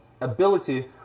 ability